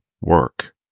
work